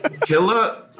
Killer